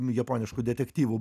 japoniškų detektyvų